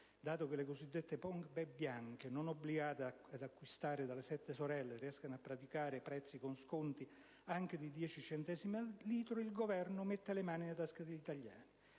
(dato che le cosiddette pompe bianche, non obbligate ad acquistare dalle «sette sorelle», riescono a praticare prezzi con sconti anche di 10 centesimi al litro), il Governo mette le mani nelle tasche degli italiani.